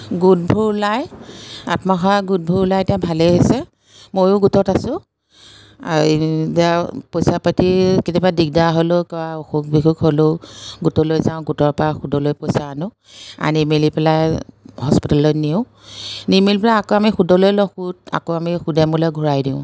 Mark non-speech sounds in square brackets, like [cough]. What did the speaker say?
গোটবোৰ ওলাই আত্মসহায়ক গোটবোৰ ওলাই এতিয়া ভালেই হৈছে মইয়ো গোটত আছো [unintelligible] পইচা পাতি কেতিয়াবা দিগদাৰ হ'লেও বা অসুখ বিসুখ হ'লেও গোটলৈ যাওঁ গোটৰ পৰা সুদলৈ পইচা আনো আনি মেলি পেলাই হস্পিতেললৈ নিওঁ নি মেলি পেলাই আকৌ আমি সুদলৈ লওঁ সুত আকৌ আমি সুদে মূলে ঘূৰাই দিওঁ